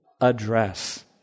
address